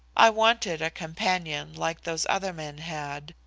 i wanted a companion like those other men had.